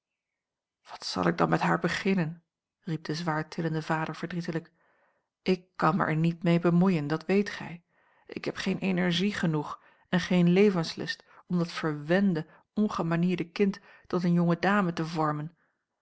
wat zal ik dan met haar beginnen riep de zwaartillende vader verdrietelijk ik kan er mij niet mee bemoeien dat weet gij ik heb geen energie genoeg en geen levenslust om dat verwende ongemanierde kind tot eene jonge dame te vormen